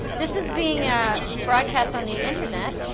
this is being ah broadcast on the internet.